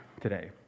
today